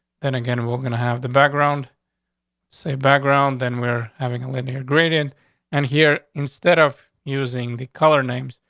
then again, we're gonna have the background se background. then we're having a linear graded. and here, instead of using the color names,